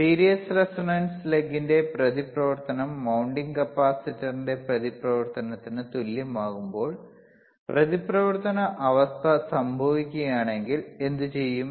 series resonance ലെഗിന്റെ പ്രതിപ്രവർത്തനം mounting കപ്പാസിറ്ററിന്റെ പ്രതിപ്രവർത്തനത്തിന് തുല്യമാകുമ്പോൾ പ്രതിപ്രവർത്തന അവസ്ഥ സംഭവിക്കുകയാണെങ്കിൽ എന്തുചെയ്യും